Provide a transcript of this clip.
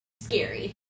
scary